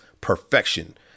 perfection